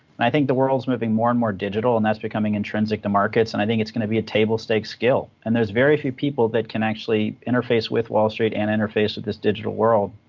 and i think the world's moving more and more digital, and that's becoming intrinsic to markets. and i think it's going to be a table stakes skill. and there's very few people that can actually interface with wall street and interface with this digital world.